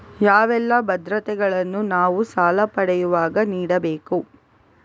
ಯಾವೆಲ್ಲ ಭದ್ರತೆಗಳನ್ನು ನಾನು ಸಾಲ ಪಡೆಯುವಾಗ ನೀಡಬೇಕು?